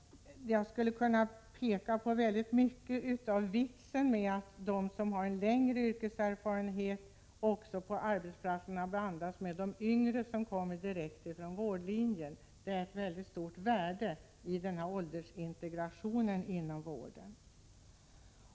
1986/87:97 som har en längre yrkeserfarenhet får arbeta tillsammans med dem som är 30 mars 1987 yngre och som kommer direkt från utbildningen på vårdlinjen. Det ligger ett stort värde i en sådan åldersintegration inom vården.